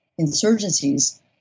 insurgencies